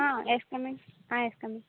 ah yes come in ah yes come in